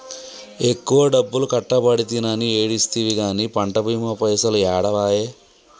ఎక్కువ డబ్బులు కట్టబడితినని ఏడిస్తివి గాని పంట బీమా పైసలు ఏడబాయే